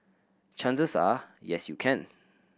chances are yes you can